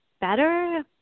better